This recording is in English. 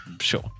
sure